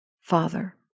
Father